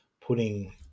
putting